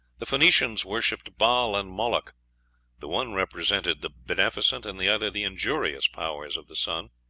the phoenicians worshipped baal and moloch the one represented the beneficent, and the other the injurious powers of the sun.